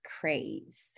craze